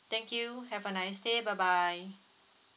thank you have a nice day bye bye